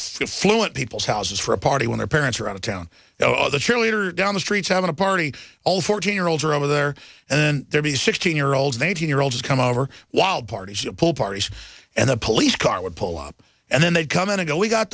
fluent peoples houses for a party when their parents are out of town the cheerleader down the streets having a party all fourteen year olds are over there and then there be sixteen year olds nineteen year olds come over wild parties pull parties and the police car would pull up and then they'd come in to go we got